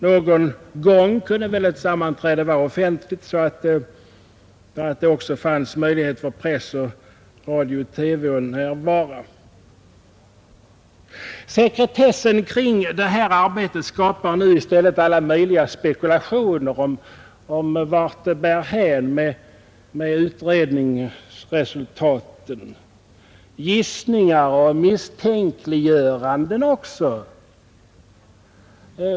Någon gång kunde väl ett sammanträde vara offentligt, så att det också fanns möjligheter för press, radio och TV att närvara. Sekretessen kring utredningsarbetet skapar nu i stället alla möjliga spekulationer om vart det bär hän med utredningsresultaten. Följden blir gissningar och misstänkliggöranden.